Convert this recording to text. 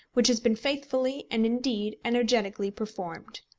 which has been faithfully and indeed energetically performed.